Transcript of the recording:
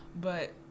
But-